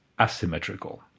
asymmetrical